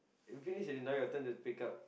finish already now your turn to pick up